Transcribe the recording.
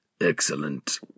Excellent